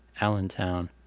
allentown